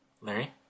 Larry